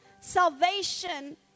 Salvation